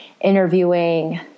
interviewing